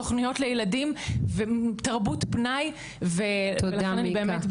תוכניות לילדים ותרבות פנאי ולכן אני באמת,